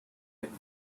fit